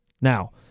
Now –